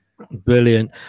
Brilliant